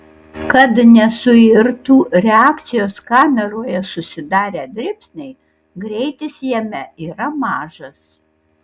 kad nesuirtų reakcijos kameroje susidarę dribsniai greitis jame yra mažas